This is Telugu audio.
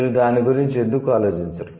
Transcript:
మీరు దాని గురించి ఎందుకు ఆలోచించరు